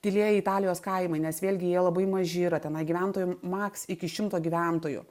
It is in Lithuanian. tylieji italijos kaimai nes vėlgi jie labai maži yra tenai gyventojų maks iki šimto gyventojų